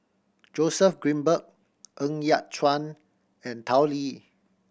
Joseph Grimberg Ng Yat Chuan and Tao Li